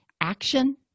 Action